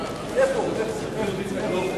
הביטחון: